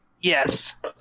Yes